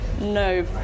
no